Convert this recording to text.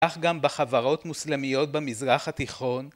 אך גם בחברות מוסלמיות במזרח התיכון